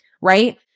right